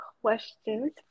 questions